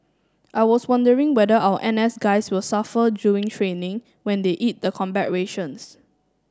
I was wondering whether our N S guys will suffer during training when they eat the combat rations